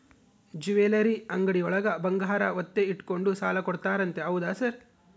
Jewellery ಅಂಗಡಿಯೊಳಗ ಬಂಗಾರ ಒತ್ತೆ ಇಟ್ಕೊಂಡು ಸಾಲ ಕೊಡ್ತಾರಂತೆ ಹೌದಾ ಸರ್?